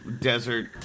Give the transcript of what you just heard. desert